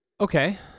Okay